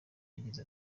yagize